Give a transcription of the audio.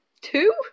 two